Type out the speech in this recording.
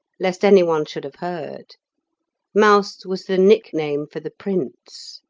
lest any one should have heard mouse was the nick-name for the prince.